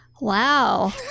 Wow